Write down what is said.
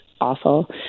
awful